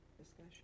Discussion